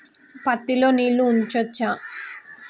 పత్తి లో నీళ్లు ఉంచచ్చా?